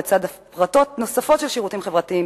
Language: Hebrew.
לצד הפרטות נוספות של שירותים חברתיים,